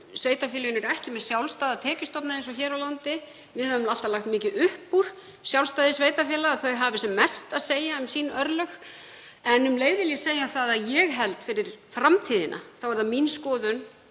sveitarfélögin eru ekki með sjálfstæða tekjustofna eins og hér á landi. Við höfum alltaf lagt mikið upp úr sjálfstæði sveitarfélaga, að þau hafi sem mest að segja um sín örlög. En um leið vil ég segja að fyrir framtíðina þá er það mín skoðun